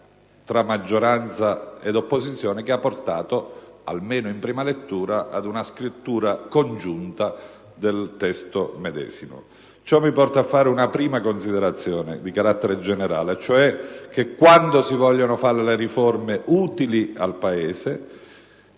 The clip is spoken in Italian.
tra maggioranza ed opposizione, che ha portato, almeno in prima lettura, ad una sua scrittura condivisa. Ciò mi porta ad una prima considerazione di carattere generale: quando si vogliono fare riforme utili al Paese